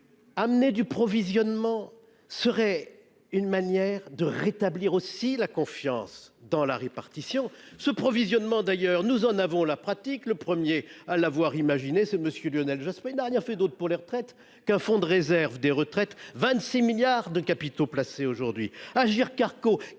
amener du provisionnement serait une manière de rétablir aussi la confiance dans la répartition. Ce provisionnement, nous en avons d'ailleurs la pratique. Le premier à l'avoir imaginé est M. Lionel Jospin : il n'a rien fait d'autre pour les retraites qu'un Fonds de réserve pour les retraites, comptabilisant aujourd'hui